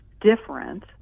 different